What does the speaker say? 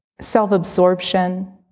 self-absorption